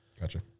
Gotcha